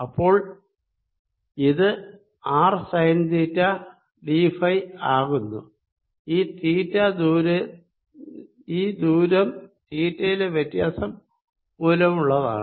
അപ്പോൾ ഇത് R sine theta d phi ആകുന്നു ഈ ദൂരം തീറ്റയിലെ വ്യത്യാസം മൂലമുള്ളതാണ്